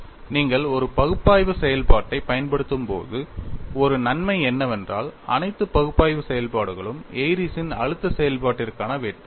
நீங்கள் ஒரு பகுப்பாய்வு செயல்பாட்டைப் பயன்படுத்தும்போது ஒரு நன்மை என்னவென்றால் அனைத்து பகுப்பாய்வு செயல்பாடுகளும் ஏரிஸ்ன் Airy's அழுத்த செயல்பாட்டிற்கான வேட்பாளர்கள்